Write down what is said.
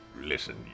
listen